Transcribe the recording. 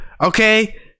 Okay